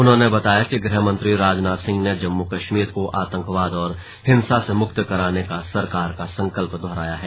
उन्होंने बताया कि गृहमंत्री राजनाथ सिंह ने जम्मू कश्मीर को आतंकवाद और हिंसा से मुक्त कराने का सरकार का संकल्प् दोहराया है